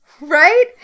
Right